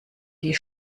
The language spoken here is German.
die